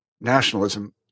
nationalism